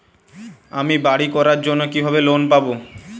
আমি বাড়ি করার জন্য কিভাবে লোন পাব?